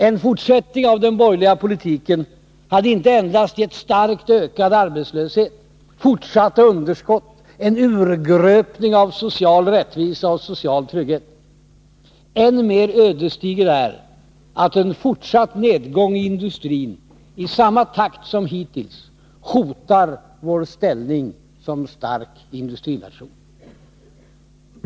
En fortsättning av den borgerliga politiken hade inte endast givit starkt ökad arbetslöshet, fortsatta underskott, en urgröpning av social rättvisa och social trygghet. Än mer ödesdigert är att en fortsatt nedgång i industrin i samma takt som hittills hotar vår ställning som stark industrination.